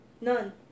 None